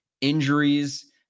injuries